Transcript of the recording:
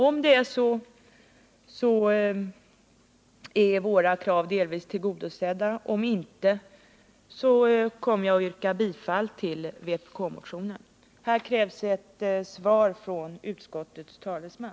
Om det är så är våra krav delvis tillgodosedda - om inte, så kommer jag att yrka bifall till vår motion. Här krävs ett svar från utskottets talesman.